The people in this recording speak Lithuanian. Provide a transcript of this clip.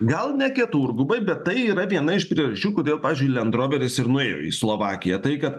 gal ne keturgubai bet tai yra viena iš priežasčių kodėl pavyzdžiui lendroveris ir nuėjo į slovakiją tai kad